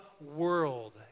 world